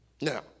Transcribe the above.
Now